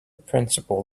principle